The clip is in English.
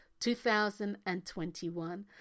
2021